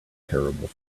terrible